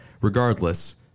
regardless